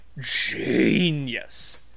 genius